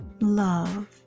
love